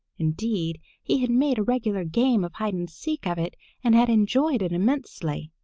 indeed, he had made a regular game of hide and seek of it and had enjoyed it immensely.